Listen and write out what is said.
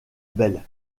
bell